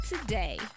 today